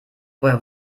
woher